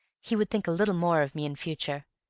he would think a little more of me in future.